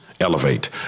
elevate